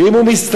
ואם הוא מסתנן,